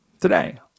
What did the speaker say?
today